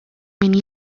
min